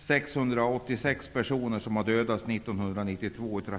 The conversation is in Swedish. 686 personer i trafiken år 1992.